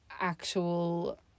actual